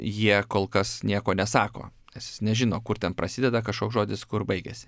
jie kol kas nieko nesako nes jis nežino kur ten prasideda kažkoks žodis kur baigiasi